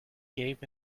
gave